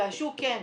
והשוק כן,